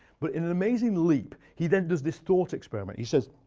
but in an amazing leap, he then does this thought experiment. he says,